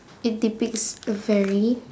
it depicts a very